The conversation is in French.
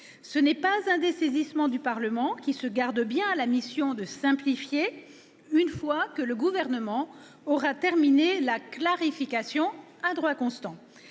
ne s'agit pas d'un dessaisissement du Parlement, qui conserve la mission de simplifier le code une fois que le Gouvernement aura terminé la clarification à droit constant.